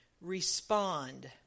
respond